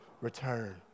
return